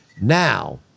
Now